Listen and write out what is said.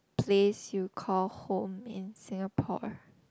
place you call home in Singapore